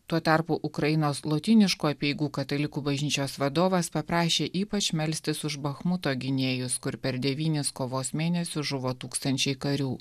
tuo tarpu ukrainos lotyniškų apeigų katalikų bažnyčios vadovas paprašė ypač melstis už bachmuto gynėjus kur per devynis kovos mėnesius žuvo tūkstančiai karių